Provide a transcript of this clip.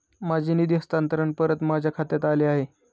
माझे निधी हस्तांतरण परत माझ्या खात्यात आले आहे